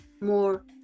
more